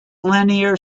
linear